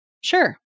Sure